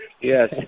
yes